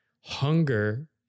hunger